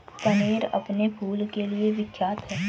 कनेर अपने फूल के लिए विख्यात है